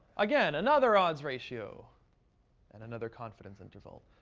again, another odds ratio and another confidence interval.